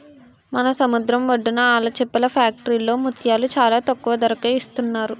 మన సముద్రం ఒడ్డున ఆల్చిప్పల ఫ్యాక్టరీలో ముత్యాలు చాలా తక్కువ ధరకే ఇస్తున్నారు